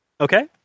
Okay